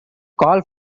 call